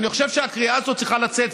אני חושב שהקריאה הזאת צריכה לצאת,